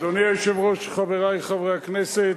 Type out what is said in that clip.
אדוני היושב-ראש, חברי חברי הכנסת,